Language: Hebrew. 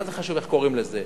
מה זה חשוב איך קוראים לזה,